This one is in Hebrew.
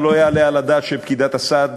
אבל לא יעלה על הדעת שפקידת הסעד,